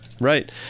right